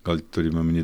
gal turima omeny